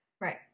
right